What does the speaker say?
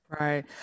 Right